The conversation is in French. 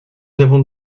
avons